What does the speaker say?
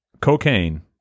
Cocaine